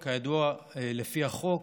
לפי החוק,